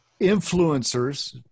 influencers